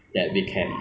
okay so